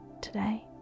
today